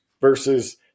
versus